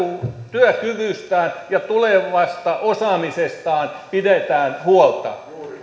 työkyvystään ja tulevasta osaamisestaan pidetään huolta